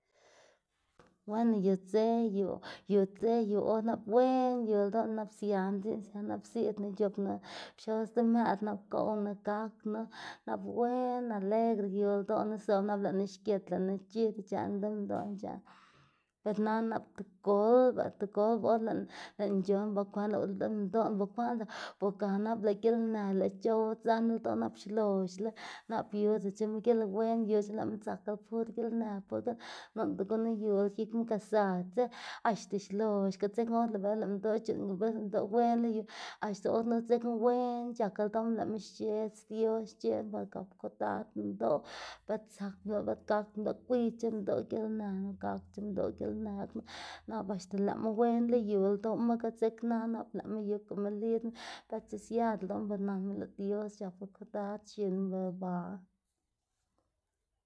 weno yu dze yu dze yu or nap wen yu ldoꞌma nap sianá dziꞌn sianá nap ziꞌdnu ic̲h̲opnu pxoz demëꞌdná nap gownu gaknu nap wen alegre yu ldoꞌnu zobnu nap lëꞌnu xgit lëꞌnu c̲h̲idz ic̲h̲ënu deminndoꞌná ic̲h̲ënu per nana nap tigolba tigolba or lëꞌná lëꞌná c̲h̲on ba kwend o lëꞌ deminndoꞌná bukwaꞌn dzak bo ga nap lëꞌ gilnë lëꞌ c̲h̲ow dzën ldoná nap xloxla nap yudac̲h̲ema gilwen yuc̲h̲e nap lëꞌma dzakla pur gilnë pur gilnë noꞌnda gunu yula gikma ga za dze axta xlox ga dzekna or lëꞌ minndoꞌ c̲h̲uꞌnnga bis lëꞌ minndoꞌ wenla yu axta or knu dzekna wen c̲h̲ak ldoꞌma lëꞌma xc̲h̲edz dios xc̲h̲edz pa gap kodad minndoꞌ bët zakda minndoꞌ bët gakdna minndoꞌ gwiydc̲h̲e minndoꞌ gilnë knu gakc̲h̲e minndoꞌ gilnë knu nap axta lëꞌma wenla yu ldoꞌma ga dzeknana nap lëꞌma yukama lidzma bëtc̲h̲e siada ldoꞌma be nanma lëꞌ dios c̲h̲apla kodad x̱inma bela ba.